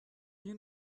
you